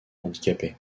handicapés